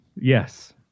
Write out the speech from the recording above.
Yes